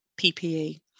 PPE